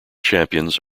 champions